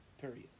Period